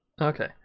Okay